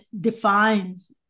defines